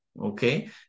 Okay